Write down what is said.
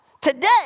today